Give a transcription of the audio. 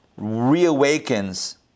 reawakens